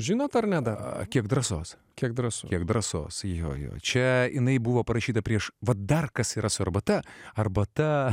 žinot ar ne dar kiek drąsos kiek drąsos kiek drąsos jo jo čia jinai buvo parašyta prieš va dar kas yra su arbata arbata